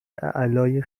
اعلای